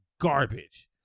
garbage